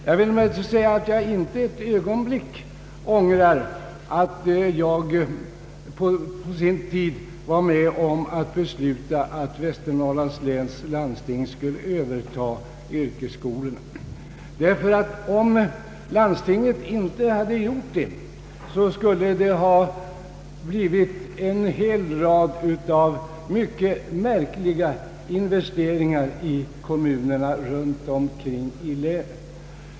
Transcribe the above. Jag vill emellertid framhålla att jag inte ett ögonblick ångrar att jag en gång i tiden var med om att besluta att Västernorrlands läns landsting skulle överta yrkesskolan, ty om landstinget inte hade gjort det, skulle det ha medfört en hel rad mycket märkliga investeringar i kommunerna i länet.